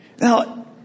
Now